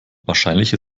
wahrscheinlich